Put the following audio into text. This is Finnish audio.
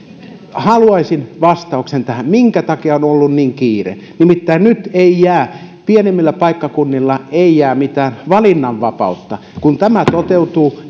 haluaisin vastauksen tähän minkä takia on ollut niin kiire nimittäin nyt ei jää pienemmillä paikkakunnilla mitään valinnanvapautta kun tämä toteutuu